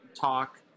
talk